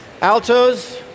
altos